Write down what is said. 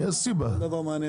עוד מעט